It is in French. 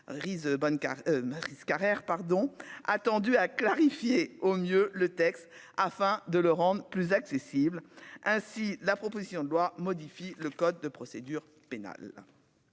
pardon attendu à clarifier au mieux le texte afin de le rendre plus accessible ainsi la proposition de loi modifie le code de procédure pénale